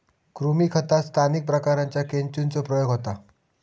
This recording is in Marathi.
कृमी खतात स्थानिक प्रकारांच्या केंचुचो प्रयोग होता